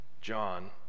John